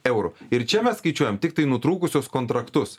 eurų ir čia mes skaičiuojam tiktai nutrūkusios kontraktus